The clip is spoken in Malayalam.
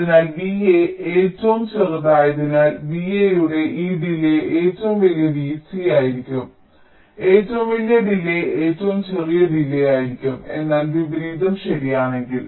അതിനാൽ v A ഏറ്റവും ചെറുതായതിനാൽ v A യുടെ ഈ ഡിലേയ് ഏറ്റവും വലിയ v C ആയിരിക്കും ഏറ്റവും വലിയ ഡിലേയ് ഏറ്റവും ചെറിയ ഡിലേയ് ആയിരിക്കും എന്നാൽ വിപരീതം ശരിയാണെങ്കിൽ